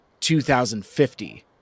2050